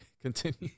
Continue